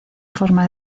forma